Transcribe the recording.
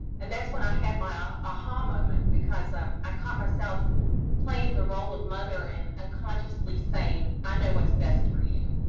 and that's when i had my a-ha moment, because um i caught myself playing the role of mother and unconsciously saying, i know what's best for you.